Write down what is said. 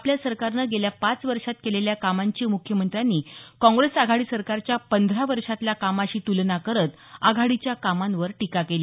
आपल्या सरकारने गेल्या पाच वर्षांत केलेल्या कामाची मुख्यमंत्र्यांनी काँग्रेस आघाडी सरकारच्या पंधरा वर्षांतल्या कामाशी तुलना करत आघाडीच्या कामांवर टीका केली